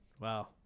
Wow